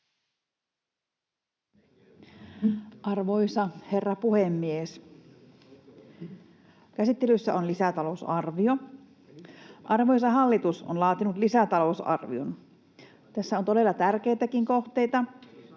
Arvoisa herra puhemies! Käsittelyssä on lisätalousarvio. Arvoisa hallitus on laatinut lisätalousarvion. Tässä on todella tärkeitäkin kohteita,